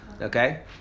Okay